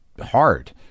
hard